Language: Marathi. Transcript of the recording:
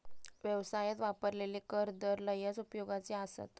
व्यवसायात वापरलेले कर दर लयच उपयोगाचे आसत